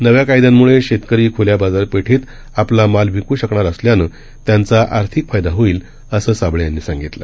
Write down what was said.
नव्याकायद्यांमुळेशेतकरीखुल्याबाजारपेठेतआपलामालविकृशकणारअसल्यानंत्यांचाआर्थिकफायदाहोईल असंसाबळेयांनीसांगितलं